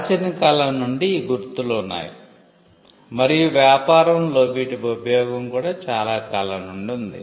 ప్రాచీన కాలం నుండి ఈ గుర్తులు ఉన్నాయి మరియు వ్యాపారంలో వీటి ఉపయోగం కూడా చాలా కాలం నుండి ఉంది